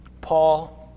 Paul